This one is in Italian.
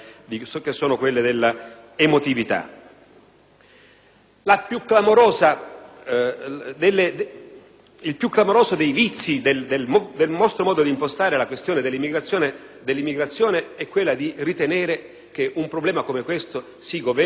Il più clamoroso dei vizi del vostro modo di impostare la questione dell'immigrazione consiste nel ritenere che un problema come questo si governa o si affronta con la logica degli annunci. Colleghi,